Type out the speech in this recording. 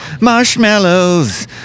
Marshmallows